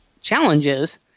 challenges